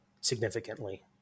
significantly